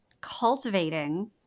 cultivating